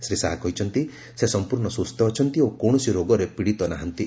ଶ୍ରୀ ଶାହା କହିଛନ୍ତି ସେ ସମ୍ପର୍ଣ୍ଣ ସୁସ୍ଥ ଅଛନ୍ତି ଓ କୌଶସି ରୋଗରେ ପୀଡ଼ିତ ନାହାନ୍ତି